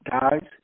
guys